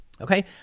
okay